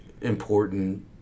important